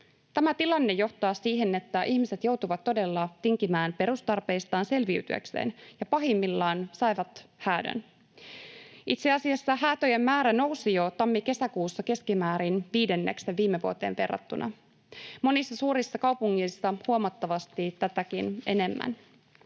Tämä tilanne johtaa siihen, että ihmiset joutuvat todella tinkimään perustarpeistaan selviytyäkseen ja pahimmillaan saavat häädön. Itse asiassa häätöjen määrä nousi jo tammi—kesäkuussa keskimäärin viidenneksen viime vuoteen verrattuna, monissa suurissa kaupungeissa huomattavasti tätäkin enemmän.